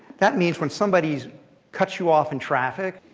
that means when somebody cuts you off in traffic,